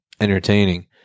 entertaining